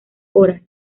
horas